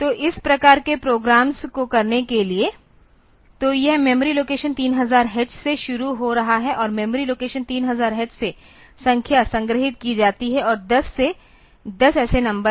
तो इस प्रकार के प्रोग्राम्स को करने के लिए तो यह मेमोरी लोकेशन 3000 h से शुरू हो रहा है मेमोरी लोकेशन 3000 h से संख्या संग्रहीत की जाती है और 10 ऐसे नंबर हैं